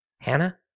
Hannah